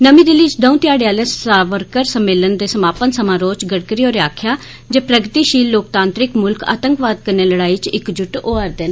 नमीं दिल्ली च दौऊं घ्याड़ें आले सावरकर सम्मेलन दे समापन समारोह् च गडकरी होरें आक्खेआ जे प्रगतिशील लोकतांत्रिक मुल्ख आतंकवाद कन्नै लड़ाई च इकजुट होआ दे न